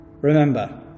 Remember